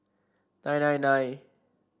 nine nine nine